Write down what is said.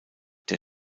der